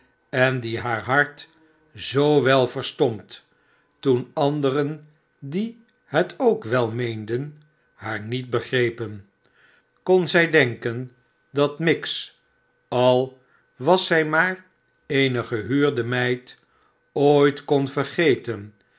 en die haar hart zoo wel verstond toen anderen die het ook wel meenden haar niet begrepen kon zij denken dat miggs al was zij maar eene gehuurde meid ooit vergeten